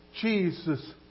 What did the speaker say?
Jesus